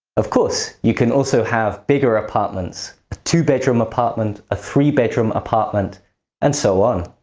of course, you can also have bigger apartments, a two-bedroom apartment, a three-bedroom apartment and so on.